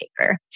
taker